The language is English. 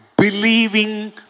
-believing